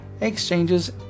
exchanges